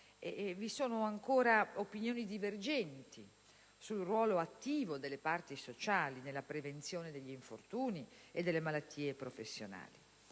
Vi sono ancora opinioni divergenti sul ruolo attivo delle parti sociali nella prevenzione degli infortuni e delle malattie professionali.